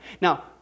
Now